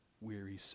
weary